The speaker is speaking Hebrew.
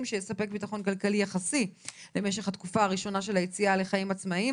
ושיספק ביטחון כלכלי יחסי למשך התקופה הראשונה לחיים עצמאיים